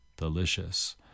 delicious